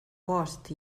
post